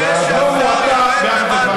כשהוא מספר לחברת הכנסת גרמן כמה הרפורמה